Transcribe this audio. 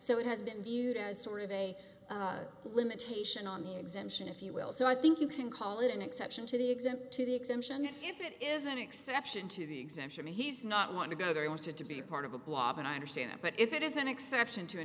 so it has been viewed as sort of a limitation on the exemption if you will so i think you can call it an exception to the exempt to the exemption and if it is an exception to the exemption he's not want to go there he wanted to be part of a blog and i understand that but if it is an exception to an